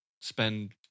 spend